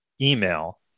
email